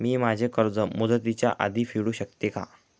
मी माझे कर्ज मुदतीच्या आधी फेडू शकते का?